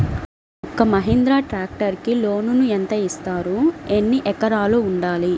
ఒక్క మహీంద్రా ట్రాక్టర్కి లోనును యెంత ఇస్తారు? ఎన్ని ఎకరాలు ఉండాలి?